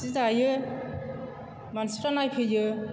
जि दायो मानसिफ्रा नायफैयो